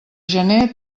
gener